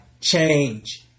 change